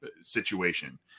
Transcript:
situation